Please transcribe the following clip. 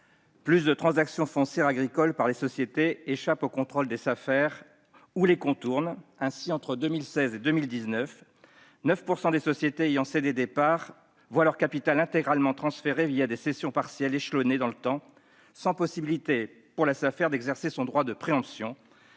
plus de transactions foncières agricoles effectuées par des sociétés échappent au contrôle des Safer ou le contournent. Ainsi, entre 2016 et 2019, 9 % des sociétés ayant cédé des parts ont vu leur capital intégralement transféré des cessions partielles échelonnées dans le temps, sans possibilité pour la Safer d'exercer son droit de préemption,